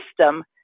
system